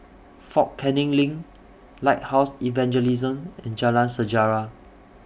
Fort Canning LINK Lighthouse Evangelism and Jalan Sejarah